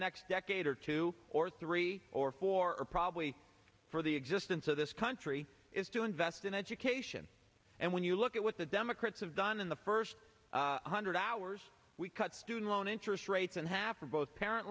next decade or two or three or four or probably for the existence of this country is to invest in education and when you look at what the democrats have done in the first one hundred hours we cut student loan interest rates and half are both parent